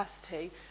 capacity